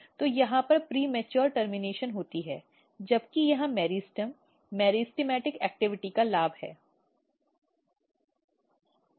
तो यहाँ पर प्रेमॅट्युअ टर्मनेशन होती है जबकि यहाँ मेरिस्टम मेरिस्टेमेटिक गतिविधि का लाभ है